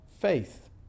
faith